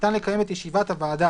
ניתן לקיים את ישיבת הוועדה